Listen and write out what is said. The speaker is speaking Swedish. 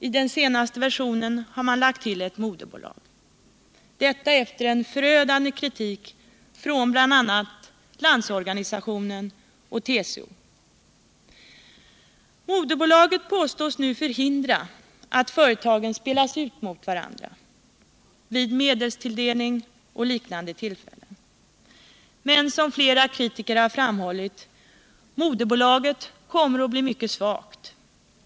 I den senaste versionen har man lagt till ett moderbolag, detta efter en förödande kritik från bl.a. Landsorganisationen och TCO. Moderbolaget påstås nu förhindra att företagen spelas ut mot varandra vid medelstilldelning och liknande tillfällen. Men, som flera kritiker har framhållit, moderbolaget kommer att bli mycket svagt.